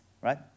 right